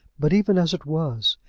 but even as it was,